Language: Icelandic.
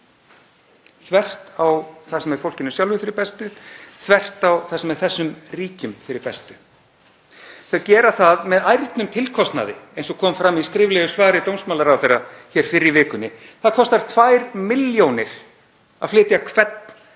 þvert á það sem er fólkinu sjálfu fyrir bestu, þvert á það sem er þessum ríkjum fyrir bestu. Þau gera það með ærnum tilkostnaði, eins og kom fram í skriflegu svari dómsmálaráðherra hér fyrr í vikunni. Það kostar tvær milljónir að flytja hvern